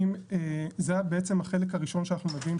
זה בעצם החלק הראשון שאנחנו מביאים,